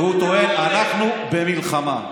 הוא אומר: אנחנו במלחמה.